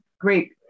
great